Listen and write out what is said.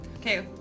okay